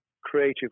creative